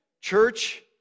Church